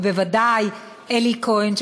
ובוודאי אלי כהן,